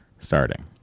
starting